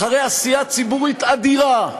אחרי עשייה ציבורית אדירה,